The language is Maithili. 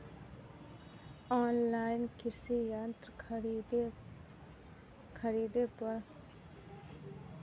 ऑनलाइन कृषि यंत्र खरीदे पर सरकारी अनुदान राशि मिल सकै छैय?